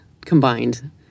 combined